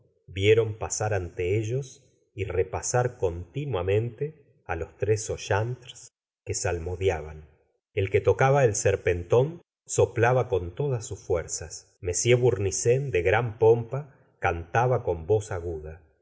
vieron pasar ante ellos y repasar continuamente á jos tres sochantres que salmodiaban el que tocaba el serpentón soplaba con todas sus fuerzas l bournisien de gran pompa cantaba con voz aguda